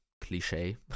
cliche